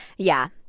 yeah.